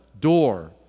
door